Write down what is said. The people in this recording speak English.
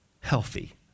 healthy